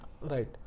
Right